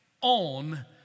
on